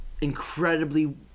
incredibly